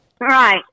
Right